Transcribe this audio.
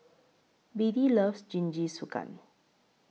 Beadie loves Jingisukan